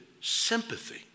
sympathy